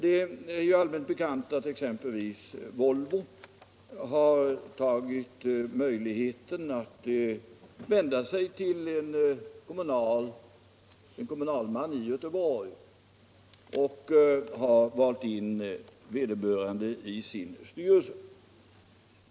Det är ju allmänt bekant att exempelvis Volvo har tagit möjligheten att vända sig till en kommunalman i Göteborg och valt in vederbörande i sin styrelse.